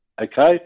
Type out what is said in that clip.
okay